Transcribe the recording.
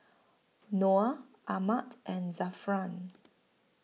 Noah Ahmad and Zafran